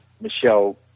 Michelle